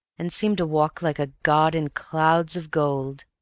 and seemed to walk like a god in clouds of gold.